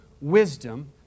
wisdom